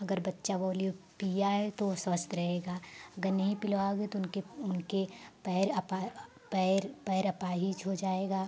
अगर बच्चा पोलियो पीया है तो वह स्वस्थ रहेगा अगर नहीं पिलवाओगे तो उनके उनके पैर अपा पैर अपाहिज हो जाएगा